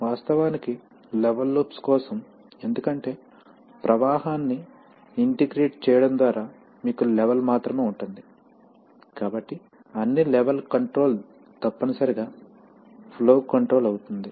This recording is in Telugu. వాస్తవానికి లెవెల్ లూప్స్ కోసం ఎందుకంటే ప్రవాహాన్ని ఇంటిగ్రేట్ చేయడం ద్వారా మీకు లెవెల్ మాత్రమే ఉంటుంది కాబట్టి అన్ని లెవెల్ కంట్రోల్ తప్పనిసరిగా ఫ్లో కంట్రోల్ అవుతుంది